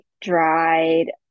dried